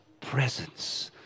presence